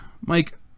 Mike